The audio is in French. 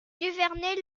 duvernet